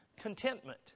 contentment